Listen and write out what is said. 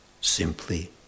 simply